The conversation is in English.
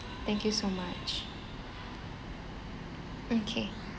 thank you so much okay